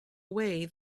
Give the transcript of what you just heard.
away